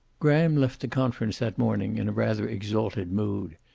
graham left the conference that morning in a rather exalted mood.